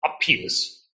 appears